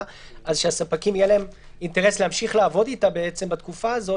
- אז שלספקים יהיה אינטרס להמשיך לעבוד איתה בתקופה הזו.